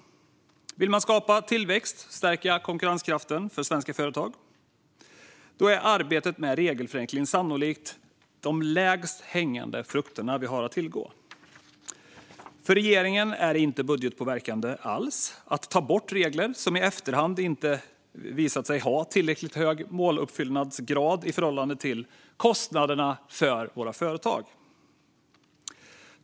Vill man skapa tillväxt och stärka konkurrenskraften för svenska företag utgör arbetet med regelförenkling sannolikt de lägst hängande frukter vi har att tillgå. För regeringen är det inte budgetpåverkande alls att ta bort regler som i efterhand inte visat sig ha tillräckligt hög måluppfyllnadsgrad i förhållande till kostnaderna för våra företag.